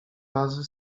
razy